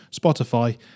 Spotify